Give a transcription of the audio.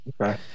Okay